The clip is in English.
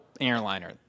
airliner